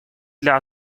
для